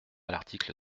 l’article